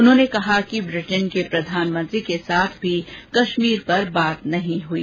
उन्होंने कहा कि ब्रिटेन के प्रधानमंत्री के साथ भी कश्मीर पर बात नहीं हुई